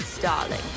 Darling